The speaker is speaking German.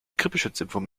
grippeschutzimpfung